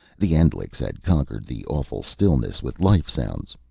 the endlichs had conquered the awful stillness with life-sounds.